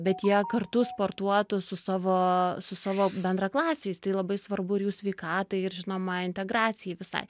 bet jie kartu sportuotų su savo su savo bendraklasiais tai labai svarbu ir jų sveikatai ir žinoma integracijai visai